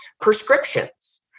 prescriptions